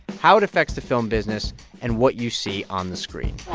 how it affects the film business and what you see on the screen